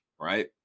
right